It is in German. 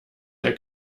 der